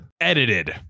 Edited